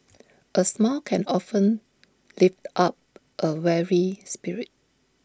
A smile can often lift up A weary spirit